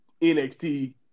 NXT